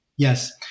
Yes